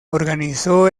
organizó